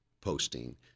posting